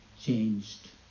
changed